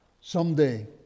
Someday